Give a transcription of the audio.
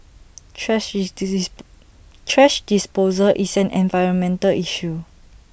thrash thrash disposal is an environmental issue